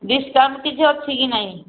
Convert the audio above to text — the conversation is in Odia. ଡିସକାଉଣ୍ଟ କିଛି ଅଛି କି ନହିଁ